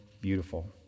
beautiful